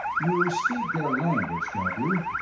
you speak their language, don't you?